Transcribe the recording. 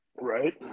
Right